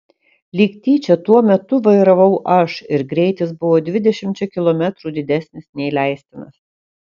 lyg tyčia tuo metu vairavau aš ir greitis buvo dvidešimčia kilometrų didesnis nei leistinas